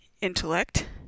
intellect